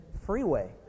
freeway